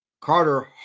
Carter